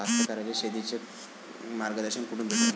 कास्तकाराइले शेतीचं मार्गदर्शन कुठून भेटन?